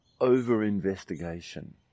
over-investigation